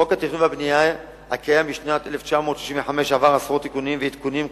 חוק התכנון והבנייה הקיים משנת 1965 עבר עשרות תיקונים ועדכונים,